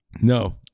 No